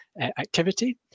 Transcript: activity